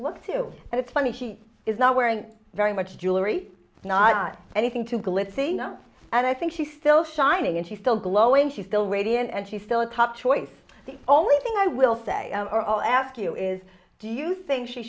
look to and it's funny she is not wearing very much jewelry not anything to glitzy no and i think she still shining and she's still glowing she's still radiant and she's still a top choice the only thing i will say or i'll ask you is do you think she